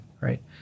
right